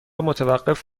متوقف